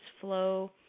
flow